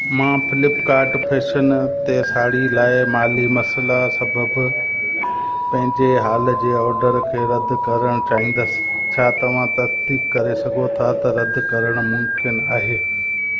मां Flipkart fashion ते साड़ी लाइ माली मसइला सबबि पंहिंजे हाल जे ऑडर खे रदि करणु चाहींदुसि छा तव्हां तसदीक करे सघो था त रदि करणु मुमकिन आहे